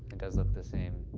it does look the same.